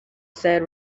said